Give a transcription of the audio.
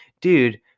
dude